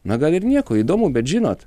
na gal ir nieko įdomu bet žinot